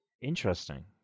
Interesting